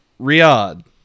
Riyadh